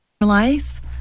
Life